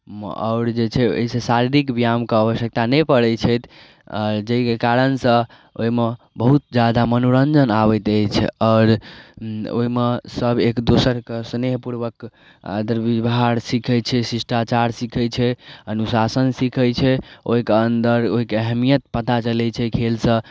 आओर जे छै अइसँ शारीरिक व्यायामके आवश्यकता नहि पड़ै छै जाहिके कारणसँ ओइमे बहुत जादा मनोरञ्जन आबैत अछि आओर ओइमे सब एक दोसरके स्नेहपूर्वक आदर व्यवहार सीखै छै शिष्टाचार सीखै छै अनुशासन सीखै छै ओइके अन्दर ओइके अहमियत पता चलै छै खेलसँ